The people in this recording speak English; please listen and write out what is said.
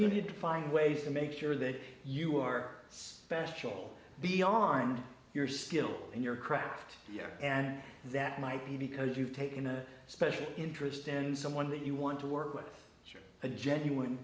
you need to find ways to make sure that you are special beyond your skill and your craft and that might be because you've taken a special interest in someone that you want to work with share a genuine